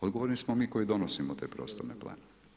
Odgovorni smo mi koji donosimo te prostorne planove.